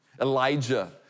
Elijah